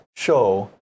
show